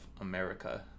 America